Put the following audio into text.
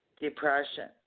depression